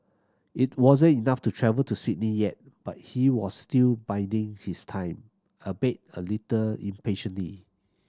it wasn't enough to travel to Sydney yet but he was still biding his time albeit a little impatiently